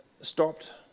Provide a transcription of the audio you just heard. stopped